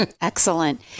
Excellent